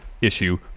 issue